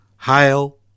hail